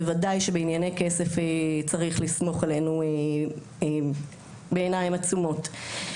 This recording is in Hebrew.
בוודאי שבענייני כסף צריך לסמוך עלינו בעיניים עצומות.